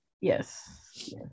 yes